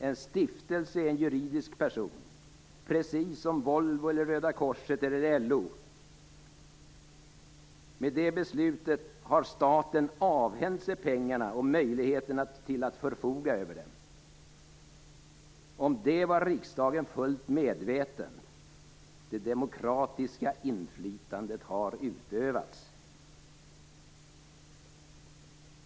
En stiftelse är en juridisk person, precis som Volvo, Röda korset eller LO. Med detta beslut har staten avhänt sig pengarna och möjligheten att förfoga över dem. Riksdagen var fullt medveten om detta. Det demokratiska inflytandet har utövats.